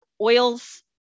oils